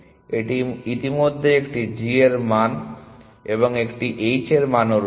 এটি ইতিমধ্যে একটি g এর মান এবং একটি h এর মানও রয়েছে